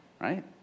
Right